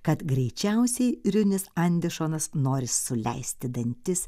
kad greičiausiai riunis andešonas nori suleisti dantis